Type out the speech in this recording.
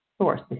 source